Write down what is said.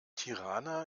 tirana